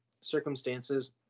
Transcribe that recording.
circumstances